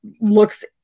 looks